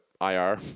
IR